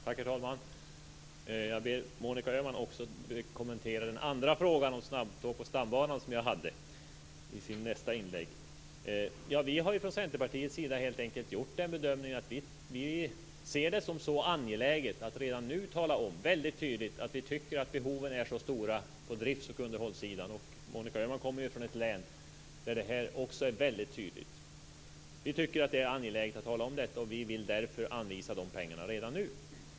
Herr talman! Jag ber Monica Öhman att i sitt nästa inlägg också kommentera min andra fråga om snabbtåg på stambanan. Centerpartiet har helt enkelt gjort bedömningen att vi ser det som angeläget att redan nu väldigt tydligt tala om att vi tycker att behoven är stora på driftoch underhållssidan. Monica Öhman kommer ju från ett län där behovet också är väldigt tydligt. Vi tycker att detta är angeläget och vill därför anvisa pengarna redan nu.